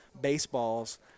baseballs